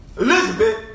Elizabeth